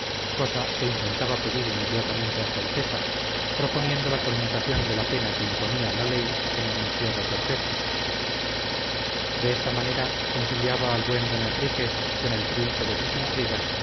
cosa que intentaba pedir inmediatamente a su alteza proponiendo la conmutación de la pena que imponía la ley en un encierro perpetuo de esta manera conciliaba al buen don enrique con el triunfo de sus intrigas